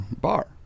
bar